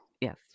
Yes